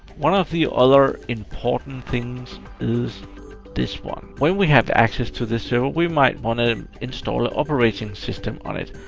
one of the other important things is this one. when we have access to this server, we might wanna install an operating system on it,